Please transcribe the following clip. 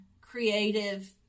creative